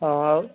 ହଁ ଆଉ